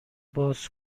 باز